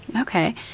Okay